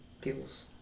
people's